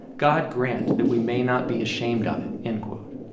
god grant that we may not be ashamed of it, end quote.